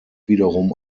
wiederum